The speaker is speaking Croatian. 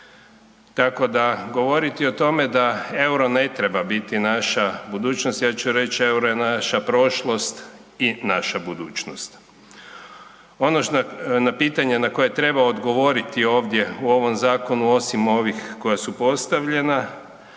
Tako da govoriti o tome da EUR-o ne treba biti naša budućnost ja ću reći EUR-o je naša prošlost i naša budućnost. Ono na pitanje na koje treba odgovoriti u ovom zakonu osim ovih koja su postavljenja,